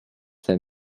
that